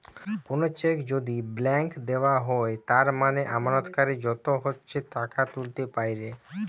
কোনো চেক যদি ব্ল্যাংক দেওয়া হৈছে তার মানে আমানতকারী যত ইচ্ছে টাকা তুলতে পাইরে